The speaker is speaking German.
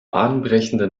bahnbrechende